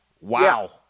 Wow